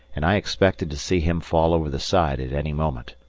and i expected to see him fall over the side at any moment.